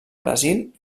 brasil